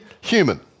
human